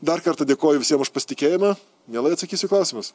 dar kartą dėkoju visiem už pasitikėjimą mielai atsakysiu į klausimus